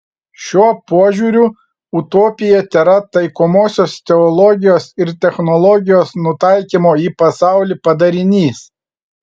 šiuo požiūriu utopija tėra taikomosios teologijos ir technologijos nutaikymo į pasaulį padarinys